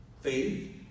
faith